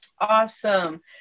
awesome